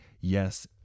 yes